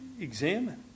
examine